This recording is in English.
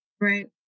Right